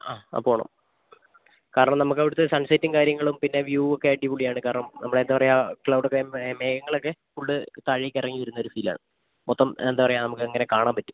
ആ ആ പോകണം കാരണം നമുക്കവിടുത്തെ സൺസെറ്റും കാര്യങ്ങളും പിന്നെ വ്യൂവൊക്കെ അടിപൊളിയാണ് കാരണം നമ്മൾ എന്താപറയാ ക്ളൗഡൊക്കെ മേഘങ്ങളൊക്കെ ഫുള്ള് താഴേക്കിറങ്ങി വരുന്നൊരു ഫീൽ ആണ് മൊത്തം എന്താപറയാ നമുക്കങ്ങനെ കാണാൻപറ്റും